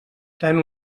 tant